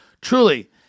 truly